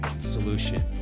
solution